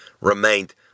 remained